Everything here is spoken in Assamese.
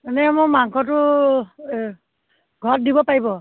এনেই মোৰ মাংসটো ঘৰত দিব পাৰিব